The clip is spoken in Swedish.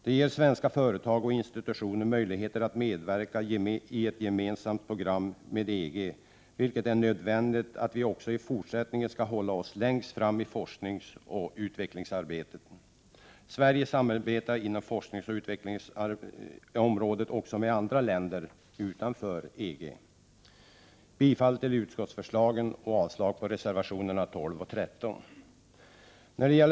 Det ger svenska företag och institutioner möjligheter att medverka i ett gemensamt program med EG, vilket är nödvändigt om vi också i fortsättningen skall vara i täten i fråga om forskningsoch utvecklingssamarbete. Sverige samarbetar inom forskningsoch utvecklingsområdet också med länder utanför EG. Jag yrkar bifall till utskottets hemställan på denna punkt och avslag på reservationerna 12 och 13.